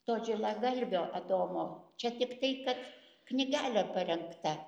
to žilagalvio adomo čia tiktai kad knygelė parengta